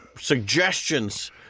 suggestions